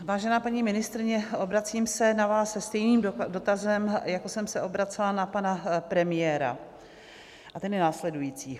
Vážená paní ministryně, obracím se na vás se stejným dotazem, jako jsem se obracela na pana premiéra, a ten je následující.